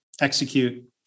execute